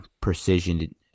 precision